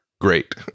great